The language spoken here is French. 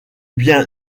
bien